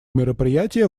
мероприятие